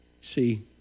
See